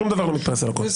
שום דבר לא מתפרס על הכול.